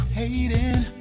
hating